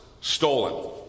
stolen